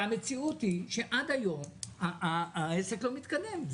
והמציאות היא שעד היום העסק לא מתקדם.